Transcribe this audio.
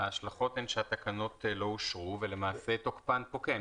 ההשלכות הן שהתקנות לא אושרו ותוקפן פוקע.